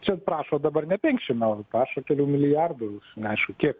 čia prašo dabar ne penkiasdešim eurų prašo kelių milijardų neaišku kiek